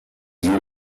you